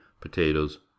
potatoes